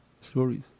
Stories